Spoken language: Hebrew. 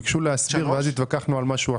ביקשו להסביר ואז התווכחנו על משהו אחר.